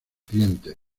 cliente